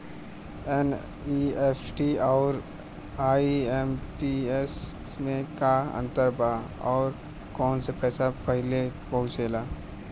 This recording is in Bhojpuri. एन.ई.एफ.टी आउर आई.एम.पी.एस मे का अंतर बा और आउर कौना से पैसा पहिले पहुंचेला?